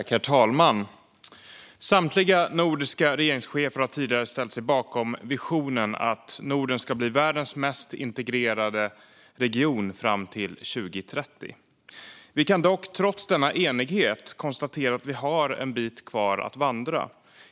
Herr talman! Samtliga nordiska regeringschefer har tidigare ställt sig bakom visionen att Norden ska bli världens mest integrerade region fram till 2030. Vi kan dock, trots denna enighet, konstatera att vi har en bit kvar att vandra.